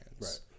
Right